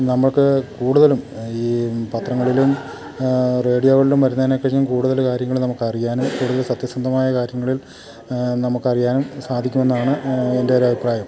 നമുക്ക് കൂടുതലും ഈ പത്രങ്ങളിലും റേഡിയോകളിലും വരുന്നതിനേക്കാളും കൂടുതല് കാര്യങ്ങള് നമുക്കറിയാനും കൂടുതൽ സത്യസന്ധമായ കാര്യങ്ങളിൽ നമുക്കറിയാനും സാധിക്കുമെന്നാണ് എൻ്റെ ഒര് അഭിപ്രായം